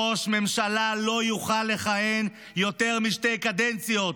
ראש ממשלה לא יוכל לכהן יותר משתי קדנציות,